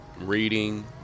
reading